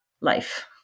life